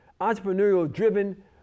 entrepreneurial-driven